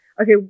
Okay